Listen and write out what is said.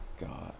God